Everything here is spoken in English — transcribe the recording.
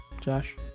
josh